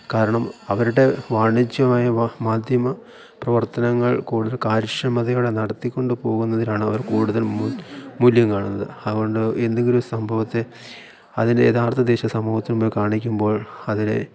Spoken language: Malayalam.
കാരണം അവരുടെ വാണിജ്യമായ മാധ്യമ പ്രവർത്തനങ്ങൾ കൂടുതൽ കാര്യക്ഷമതയോടെ നടത്തിക്കൊണ്ട് പോകുന്നതിനാണ് അവർ കൂടുതൽ മൂല്യം കാണുന്നത് അതുകൊണ്ട് എന്തെങ്കിലും ഒരു സംഭവത്തെ അതിൻ്റെ യഥാർത്ഥ ഉദ്ദേശം സമൂഹത്തിന് മുമ്പേ കാണിക്കുമ്പോൾ അതിനെ